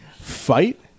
fight